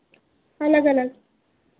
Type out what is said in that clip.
अलग अलग